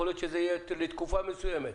יכול להיות שזה יהיה לתקופה מסוימת,